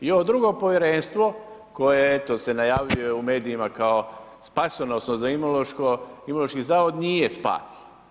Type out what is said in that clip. I ovo drugo povjerenstvo, koje eto, se najavljuje u medijima, kao spasonoško za Imunološki zavod, nije spas.